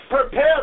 Prepare